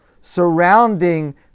surrounding